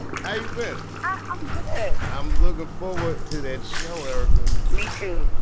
how you been? i'm good i'm looking forward to that show, erykah me too.